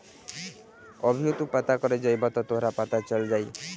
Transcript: अभीओ तू पता करे जइब त तोहरा के पता चल जाई